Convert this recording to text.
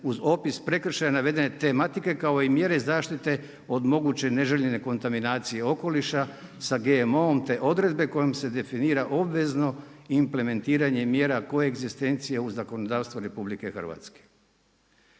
uz opis prekršaja navedene tematike kao i mjere zaštite od moguće neželjene kontaminacije okoliša sa GMO-om, te odredbe kojom se definira obvezno i implementiranje mjera koegzistencije u zakonodavstvo RH.